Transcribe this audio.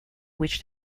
which